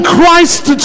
Christ